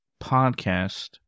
podcast